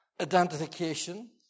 identification